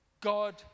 God